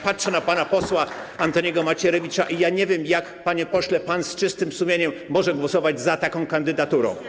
Patrzę na pana posła Antoniego Macierewicza i nie wiem, jak pan, panie pośle, z czystym sumieniem może głosować za taką kandydaturą.